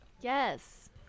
Yes